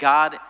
God